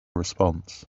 response